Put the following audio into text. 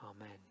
Amen